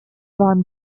waren